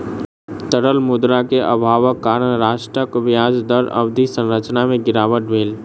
तरल मुद्रा के अभावक कारण राष्ट्रक ब्याज दर अवधि संरचना में गिरावट भेल